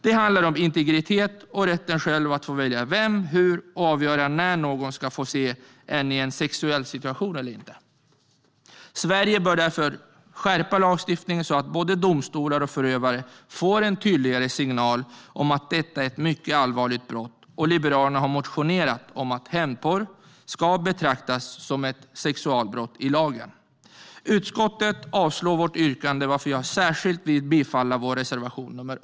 Det handlar om integritet och om rätten att själv få välja med vem, hur och när någon ska få se en i en sexuell situation eller inte. Sverige bör därför skärpa lagstiftningen, så att både domstolar och förövare får en tydligare signal om att detta är ett mycket allvarligt brott. Liberalerna har motionerat om att hämndporr ska betraktas som ett sexualbrott i lagen. Utskottet avstyrker vårt yrkande, varför jag särskilt vill yrka bifall till vår reservation 18.